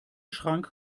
schrank